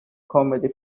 comedy